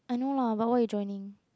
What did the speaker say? I know lah but what you joining